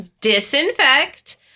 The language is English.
disinfect